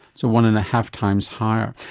so one and a half times higher?